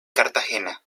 cartagena